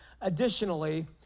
additionally